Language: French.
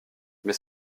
mais